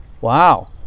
Wow